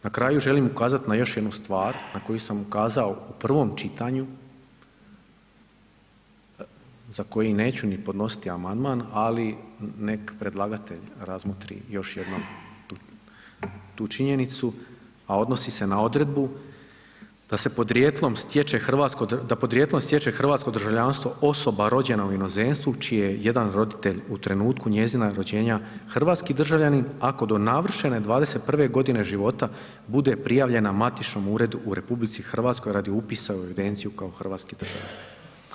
Na kraju želim ukazat na još jednu stvar na koju sam ukazao u prvom čitanju, za koji neću ni podnositi amandman, ali nek predlagatelj razmotri još jednom tu činjenicu, a odnosi se na odredbu da podrijetlom stječe hrvatsko državljanstvo osoba rođena u inozemstvu čiji je jedan roditelj u trenutku njezina rođenja hrvatski državljanin ako do navršene 21.g. života bude prijavljena matičnom uredu u RH radi upisa u evidenciju kao hrvatski državljanin.